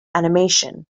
animation